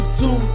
two